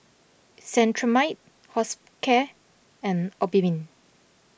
Cetrimide Hospicare and Obimin